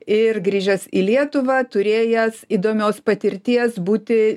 ir grįžęs į lietuvą turėjęs įdomios patirties būti